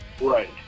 Right